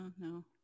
no